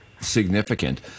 significant